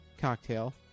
Cocktail